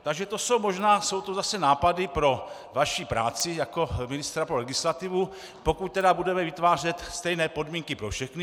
Takže to jsou možná zase nápady pro vaši práci jako ministra pro legislativu, pokud tedy budeme vytvářet stejné podmínky pro všechny.